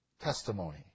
Testimony